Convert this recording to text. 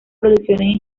producciones